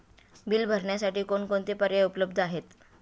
Bill भरण्यासाठी कोणकोणते पर्याय उपलब्ध आहेत?